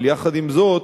אבל יחד עם זאת,